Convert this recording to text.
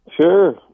Sure